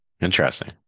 Interesting